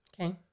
Okay